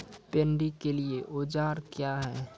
Paddy के लिए औजार क्या हैं?